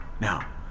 now